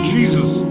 Jesus